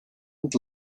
und